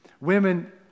Women